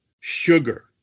sugar